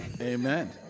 Amen